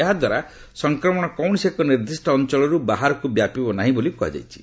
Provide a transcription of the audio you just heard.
ଏହାଦ୍ୱାରା ସଂକ୍ରମଣ କୌଣସି ଏକ ନିର୍ଦ୍ଦିଷ୍ଟ ଅଞ୍ଚଳର୍ ବାହାରକ୍ ବ୍ୟାପିବ ନାହିଁ ବୋଲି କୃହାଯାଇଛି